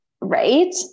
Right